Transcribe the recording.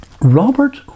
Robert